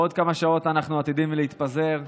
בעוד כמה שעות אנחנו עתידים להתפזר.